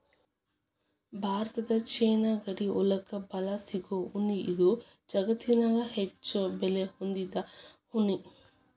Bharat China ಗಡಿ ಒಳಗ ಬಾಳ ಸಿಗು ಉಣ್ಣಿ ಇದು ಜಗತ್ತನ್ಯಾಗ ಹೆಚ್ಚು ಬೆಲೆ ಹೊಂದಿದ ಉಣ್ಣಿ